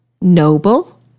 noble